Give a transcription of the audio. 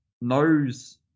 knows